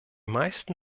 meisten